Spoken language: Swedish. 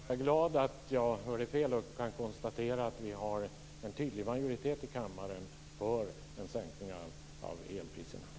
Herr talman! Då är jag glad att jag hörde fel. Jag konstaterar att vi har en tydlig majoritet i kammaren för en sänkning av elpriserna.